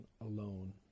alone